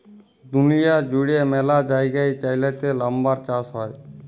দুঁলিয়া জুইড়ে ম্যালা জায়গায় চাইলাতে লাম্বার চাষ হ্যয়